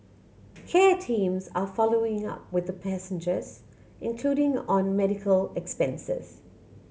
care teams are following up with the passengers including on medical expenses